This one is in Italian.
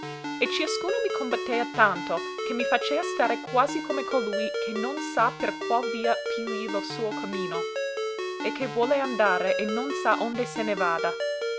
e ciascuno mi combattea tanto che mi facea stare quasi come colui che non sa per qual via pigli lo suo cammino e che vuole andare e non sa onde se ne vada